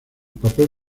papel